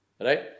right